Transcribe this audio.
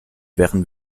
wären